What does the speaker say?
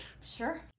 Sure